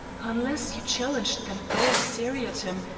unless you challenged them all seriatim,